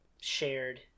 shared